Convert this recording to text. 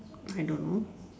I don't know